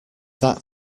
that